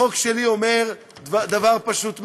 החוק שלי אומר דבר פשוט מאוד: